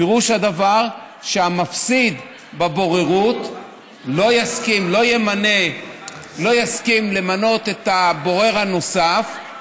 פירוש הדבר שהמפסיד בבוררות לא יסכים למנות את הבורר הנוסף,